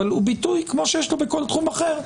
אבל הוא ביטוי כמו שיש לו בכל תחום אחר,